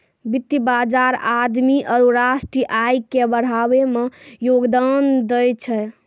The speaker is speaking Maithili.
वित्त बजार आदमी आरु राष्ट्रीय आय के बढ़ाबै मे योगदान दै छै